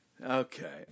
Okay